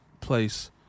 place